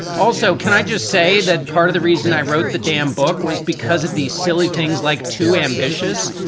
also, can i just say that part of the reason i wrote the damn damn book was because of these silly things, like too ambitious,